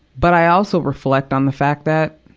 but i also reflect on the fact that,